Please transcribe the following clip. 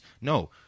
No